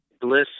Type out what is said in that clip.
bliss